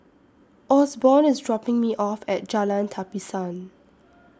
Osborne IS dropping Me off At Jalan Tapisan